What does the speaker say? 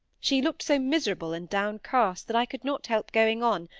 she looked so miserable and downcast, that i could not help going on,